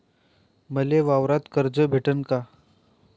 मले वावरावर कर्ज भेटन का?